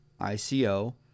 ICO